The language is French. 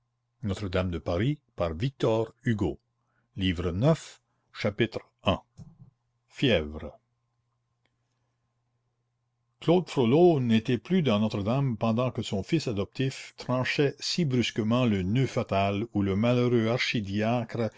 neuvième i fièvre claude frollo n'était plus dans notre-dame pendant que son fils adoptif tranchait si brusquement le noeud fatal où le malheureux archidiacre